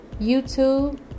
YouTube